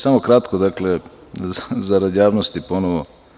Samo kratko, dakle, zarad javnosti ponovo.